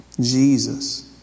Jesus